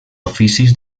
oficis